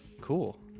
Cool